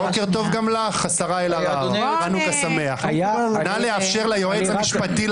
אדוני היועץ המשפטי,